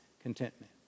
contentment